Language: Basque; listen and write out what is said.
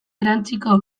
erantsiko